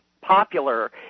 popular